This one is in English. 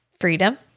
freedom